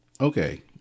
Okay